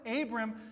Abram